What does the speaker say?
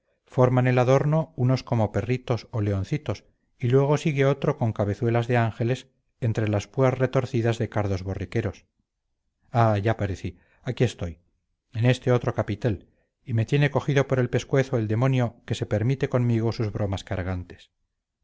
forman el adorno unos como perritos o leoncitos y luego sigue otro con cabezuelas de ángeles entre las púas retorcidas de cardos borriqueros ah ya parecí aquí estoy en este otro capitel y me tiene cogido por el pescuezo el demonio que se permite conmigo sus bromas cargantes